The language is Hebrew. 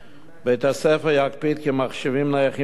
בית-הספר יקפיד כי מחשבים נייחים המותקנים